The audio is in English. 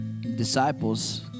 Disciples